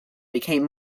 became